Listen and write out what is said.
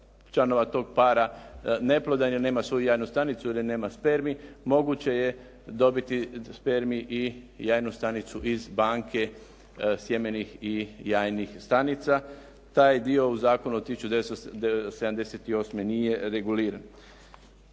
članova tog para neplodan je ili nema svoju jajnu stanicu ili nema spermij moguće je dobiti spermij i jajnu stanicu iz banke sjemenih i jajnih stanica. Taj dio u zakonu iz 1978. nije reguliran.